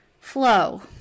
flow